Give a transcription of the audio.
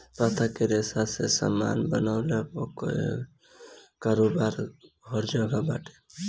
पत्ता के रेशा से सामान बनवले कअ कारोबार हर जगह बाटे